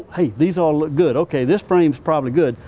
hey, these all look good! okay, this frame's probably good.